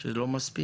זה לא מספיק?